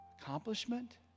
accomplishment